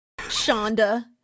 Shonda